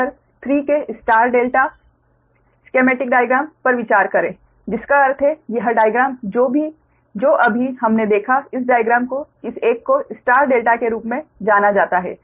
figure 3 के star delta schematic diagram पर विचार करें जिसका अर्थ है यह डाइग्राम जो अभी हमने देखा इस डाइग्राम को इस एक को स्टार डेल्टा के रूप में जाना जाता है